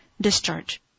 discharge